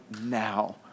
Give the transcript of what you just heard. now